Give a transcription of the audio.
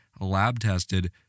lab-tested